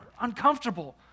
uncomfortable